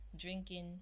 drinking